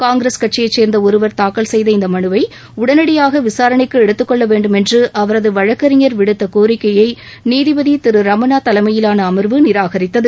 காங்கிரஸ் கட்சியைச் சேர்ந்த ஒருவர் தாக்கல் செய்த இந்த மனுவை உடனடியாக விசாரணைக்கு எடுத்துக் கொள்ள வேண்டுமென்று அவரது வழக்கறிஞர் விடுத்த கோிக்கையை நீதிபதி திரு ரமணா தலைமையிலான அமர்வு நிராகரித்தது